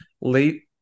late